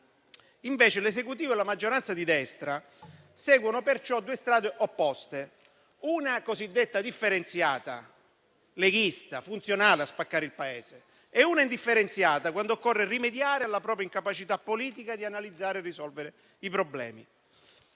Invece, l'Esecutivo e la maggioranza di destra seguono due strade opposte: una cosiddetta differenziata, leghista, funzionale a spaccare il Paese, e una indifferenziata, quando occorre rimediare alla propria incapacità politica di analizzare e risolvere i problemi.